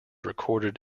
recorded